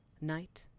night